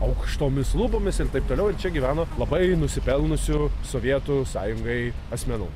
aukštomis lubomis ir taip toliau ir čia gyveno labai nusipelniusių sovietų sąjungai asmenų